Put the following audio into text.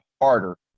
harder